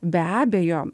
be abejo